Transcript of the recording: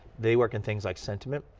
they work in things like sentiment.